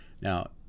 Now